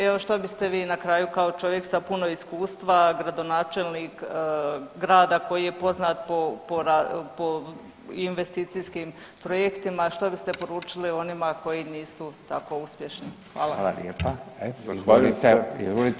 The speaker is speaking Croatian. Evo što biste vi na kraju kao čovjek sa puno iskustva, gradonačelnik grada koji je poznat po investicijskim projektima što biste poručili onima koji nisu tako uspješni?